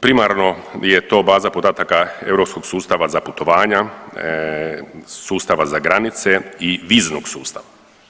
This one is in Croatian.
Primarno je to baza podataka Europskog sustava za putovanja, sustava za granice i viznog sustava.